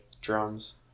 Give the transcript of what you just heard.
drums